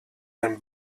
ein